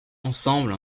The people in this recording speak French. ensemble